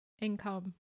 income